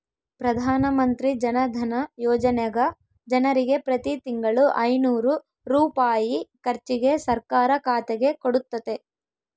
ಪ್ರಧಾನಮಂತ್ರಿ ಜನಧನ ಯೋಜನೆಗ ಜನರಿಗೆ ಪ್ರತಿ ತಿಂಗಳು ಐನೂರು ರೂಪಾಯಿ ಖರ್ಚಿಗೆ ಸರ್ಕಾರ ಖಾತೆಗೆ ಕೊಡುತ್ತತೆ